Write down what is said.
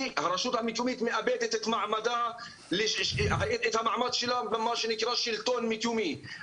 הרשות המקומית מאבדת את המעמד שלה במה שנקרא שלטון מקומי.